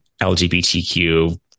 lgbtq